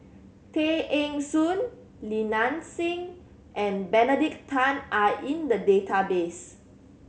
Tay Eng Soon Li Nanxing and Benedict Tan are in the database